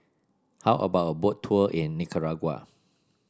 how about a Boat Tour in Nicaragua